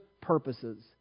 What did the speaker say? purposes